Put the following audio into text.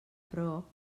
però